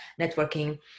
networking